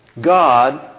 God